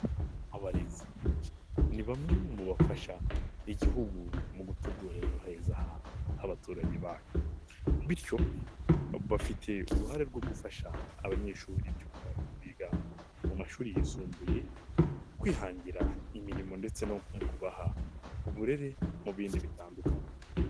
Abarezi ni bamwe mu bafasha igihugu mu gutegura ejo heza h'abaturage babo, bityo bafite uruhare rwo gufasha abanyeshuri by'umwihariko biga mu mashuri yisumbuye, kwihangira imirimo ndetse no kubaha uburere mu bindi bitandukanye.